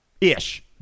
Ish